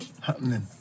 happening